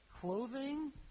clothing